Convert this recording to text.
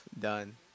done